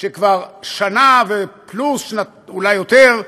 שכבר שנה פלוס, אולי יותר,